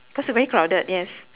because very crowded yes